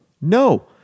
No